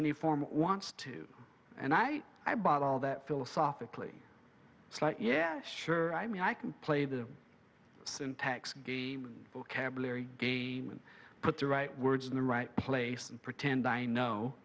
any form wants to and i i bought all that philosophically so yeah sure i mean i can play the syntax vocabulary game and put the right words in the right place and pretend i know